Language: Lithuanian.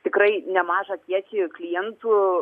tikrai nemažą kiekį klientų